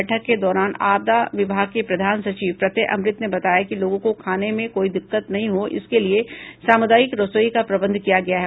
बैठक के दौरान आपदा विभाग के प्रधान सचिव प्रत्यय अमृत ने बताया कि लोगों को खाने पीने में कोई दिक्कत नहीं हो इसके लिए सामुदायिक रसोई का प्रबंध किया गया है